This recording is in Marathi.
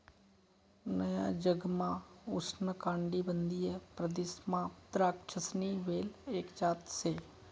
नया जगमा उष्णकाटिबंधीय प्रदेशमा द्राक्षसनी वेल एक जात शे